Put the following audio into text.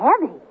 heavy